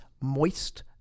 moist